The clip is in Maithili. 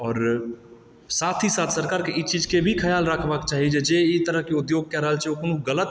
आओर साथ ही साथ सरकार के ई चीज़ के भी ख्याल रखबा के चाही जे ई तरह के उद्योग कए रहल छै ओ कोनो ग़लत